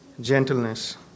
gentleness